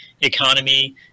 economy